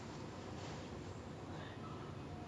!wah! so friendly sia brother